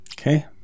Okay